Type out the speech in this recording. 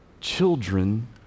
children